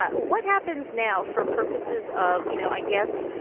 what happens now for purposes of, you know, i guess.